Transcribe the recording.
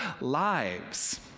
lives